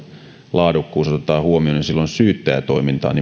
laadukkuus otetaan huomioon niin silloin nimenomaan syyttäjätoiminta on